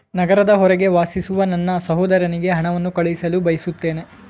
ನಗರದ ಹೊರಗೆ ವಾಸಿಸುವ ನನ್ನ ಸಹೋದರನಿಗೆ ಹಣವನ್ನು ಕಳುಹಿಸಲು ಬಯಸುತ್ತೇನೆ